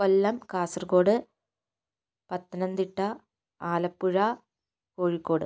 Kollam Kasaragod Pathanamthitta Alappuzha Kozhikode